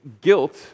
guilt